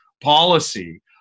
policy